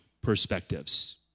perspectives